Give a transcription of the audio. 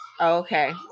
Okay